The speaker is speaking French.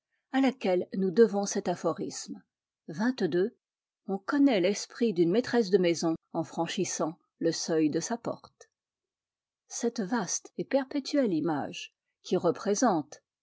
à laquelle nous devons cet aphorisme xxii on connaît l'esprit d'une maîtresse de maison en franchissant le seuil de sa porte cette vaste et perpétuelle image qui représente